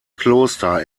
kloster